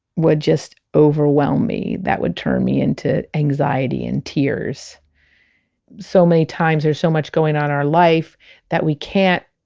would just overwhelm me that would turn me into anxiety and tears so so many times there's so much going on our life that we can't